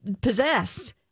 possessed